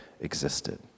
existed